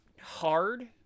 hard